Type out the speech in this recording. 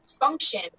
function